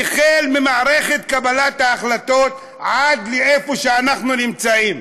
החל במערכת קבלת ההחלטות ועד איפה שאנחנו נמצאים.